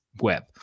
web